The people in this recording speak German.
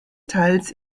teils